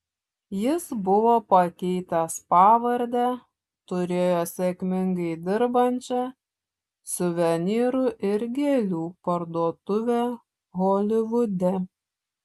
jis buvo pakeitęs pavardę turėjo sėkmingai dirbančią suvenyrų ir gėlių parduotuvę holivude